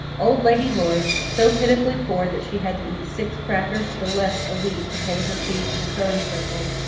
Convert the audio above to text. old lady lloyd, so pitifully poor that she had to eat six crackers the less a week to pay her fee to the sewing circle,